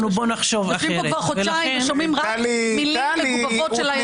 יושבים פה כבר חודשיים ושומעים רק מילים מגובבות של --- טלי.